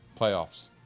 playoffs